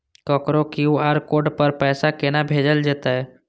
ककरो QR code पर पैसा कोना भेजल जेतै?